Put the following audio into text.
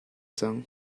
cang